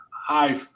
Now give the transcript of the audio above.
high